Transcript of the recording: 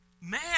man